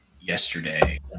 yesterday